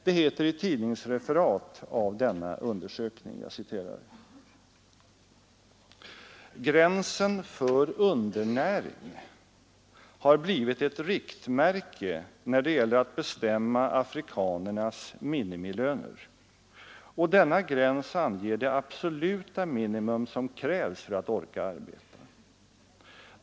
Det heter i ett tidningsreferat av denna undersökning: ”Gränsen för undernäring har blivit ett riktmärke när det gäller att bestämma afrikanernas minimilöner, och denna gräns anger det absoluta minimum som krävs för att orka arbeta.